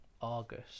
August